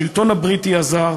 השלטון הבריטי הזר,